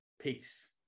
Peace